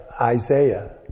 Isaiah